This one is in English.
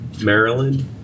Maryland